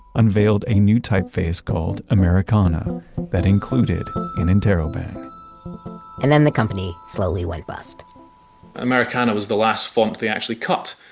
unveiled a new typeface called americana that included an interrobang and then the company slowly went bust americana was the last font they actually cut,